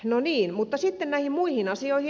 no niin mutta sitten näihin muihin asioihin